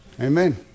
Amen